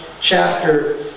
chapter